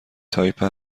تایپه